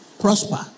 prosper